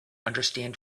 understand